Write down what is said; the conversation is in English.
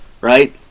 right